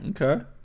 Okay